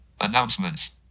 Announcements